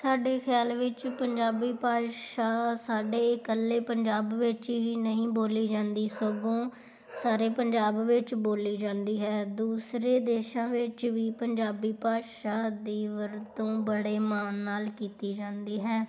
ਸਾਡੇ ਖਿਆਲ ਵਿੱਚ ਪੰਜਾਬੀ ਭਾਸ਼ਾ ਸਾਡੇ ਇਕੱਲੇ ਪੰਜਾਬ ਵਿੱਚ ਹੀ ਨਹੀਂ ਬੋਲੀ ਜਾਂਦੀ ਸਗੋਂ ਸਾਰੇ ਪੰਜਾਬ ਵਿੱਚ ਬੋਲੀ ਜਾਂਦੀ ਹੈ ਦੂਸਰੇ ਦੇਸ਼ਾਂ ਵਿੱਚ ਵੀ ਪੰਜਾਬੀ ਭਾਸ਼ਾ ਦੀ ਵਰਤੋਂ ਬੜੇ ਮਾਣ ਨਾਲ ਕੀਤੀ ਜਾਂਦੀ ਹੈ